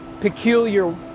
peculiar